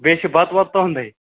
بیٚیہِ چھُ بَتہٕ وَتہٕ تُہُنٛدُے